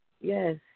Yes